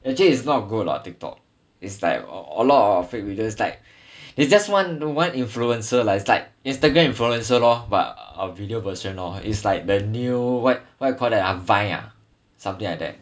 actually is not good lah TikTok is like a lot of fake videos like it's just one one influencer like is like instagram influencer lor but a video version lor is like the new what what you call that ah Vine ah something like that